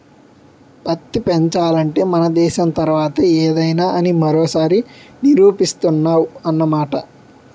పత్తి పెంచాలంటే మన దేశం తర్వాతే ఏదైనా అని మరోసారి నిరూపిస్తున్నావ్ అన్నమాట